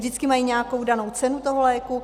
Vždycky mají nějakou danou cenu toho léku.